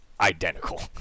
identical